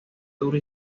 duro